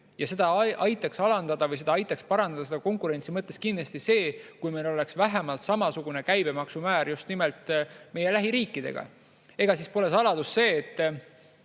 Ja seda aitaks alandada või seda aitaks parandada konkurentsi mõttes kindlasti see, kui meil oleks vähemalt samasugune käibemaksumäär just nimelt meie lähiriikidega. Ega see pole saladus, et